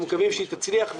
אנחנו מקווים שהיא תצליח,